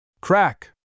Crack